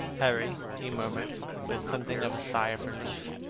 harry, he murmured with something of a sigh of relief.